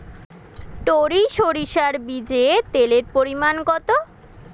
টরি সরিষার বীজে তেলের পরিমাণ কত?